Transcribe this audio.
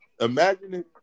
imagine